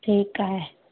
ठीकु आहे